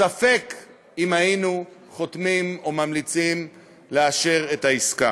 ספק אם היינו חותמים או ממליצים לאשר את העסקה.